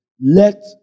Let